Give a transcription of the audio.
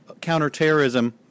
counterterrorism